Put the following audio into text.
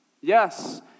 Yes